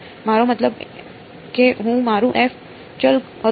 મારો મતલબ કે હું મારું ચલ હતો